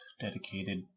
Dedicated